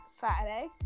Saturday